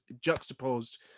juxtaposed